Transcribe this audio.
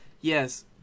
Yes